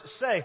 say